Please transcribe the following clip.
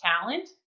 talent